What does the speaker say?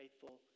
faithful